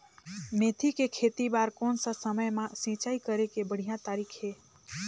मेथी के खेती बार कोन सा समय मां सिंचाई करे के बढ़िया तारीक हे?